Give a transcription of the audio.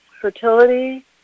fertility